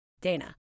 Dana